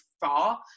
far